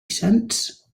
cents